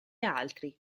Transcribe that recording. altri